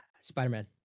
Spider-Man